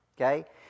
Okay